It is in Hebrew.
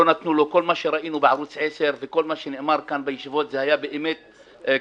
כל מה שראינו בערוץ 10 וכל מה שנאמר כאן בישיבות זה היה באמת כך,